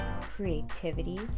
creativity